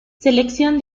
selección